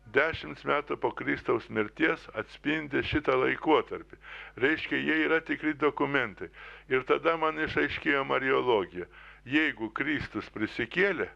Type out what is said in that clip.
dešimts metų po kristaus mirties atspindi šitą laikotarpį reiškia jie yra tikri dokumentai ir tada man išaiškėjo mariologija jeigu kristus prisikėlė